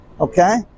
Okay